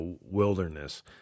wilderness